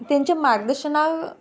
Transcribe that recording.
तांच्या मार्गदर्शना